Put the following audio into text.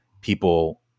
people